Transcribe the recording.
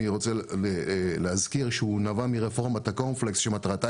אני רוצה להזכיר שהוא נבע מרפורמת הקורנפלקס שמטרתה